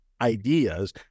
ideas